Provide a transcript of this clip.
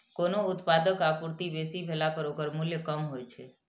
कोनो उत्पादक आपूर्ति बेसी भेला पर ओकर मूल्य कम होइ छै